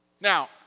Now